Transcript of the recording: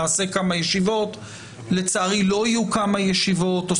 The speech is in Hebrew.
נעשה כמה ישיבות לצערי לא יהיו כמה